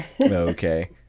Okay